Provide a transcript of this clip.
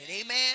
Amen